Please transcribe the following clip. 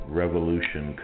revolution